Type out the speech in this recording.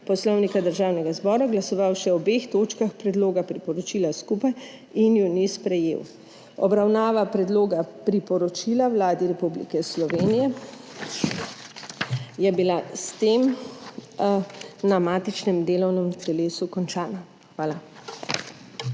Poslovnika Državnega zbora glasoval še o obeh točkah predloga priporočila skupaj in ju ni sprejel. Obravnava predloga priporočila Vladi Republike Slovenije je bila s tem na matičnem delovnem telesu končana. Hvala.